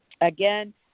Again